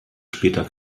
später